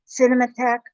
Cinematheque